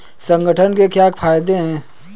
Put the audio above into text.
संगठन के क्या फायदें हैं?